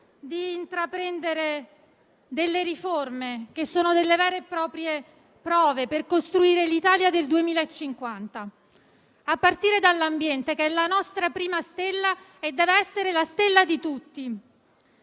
di intraprendere riforme che siano vere e proprie prove per costruire l'Italia del 2050, a partire dall'ambiente, che è la nostra prima stella e che deve essere la stella di tutti.